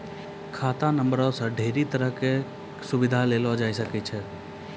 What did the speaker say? खाता नंबरो से ढेरी तरहो के सुविधा लेलो जाय सकै छै